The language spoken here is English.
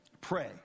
Pray